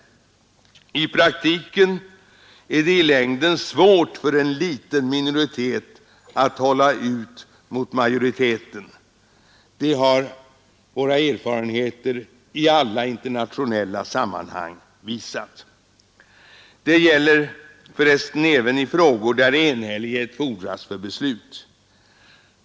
I praktiken är det i längden svårt för en liten minoritet att hålla ut mot majoriteten. Det har våra erfarenheter i alla internationella sammanhang visat. Det gäller för resten även i frågor där enhällighet fordras för beslut.